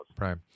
Right